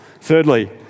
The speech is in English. Thirdly